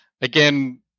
Again